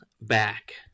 back